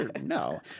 No